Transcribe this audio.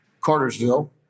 Cartersville